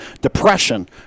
depression